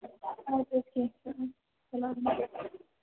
اَدٕ حظ کیٚنٛہہ چھُنہٕ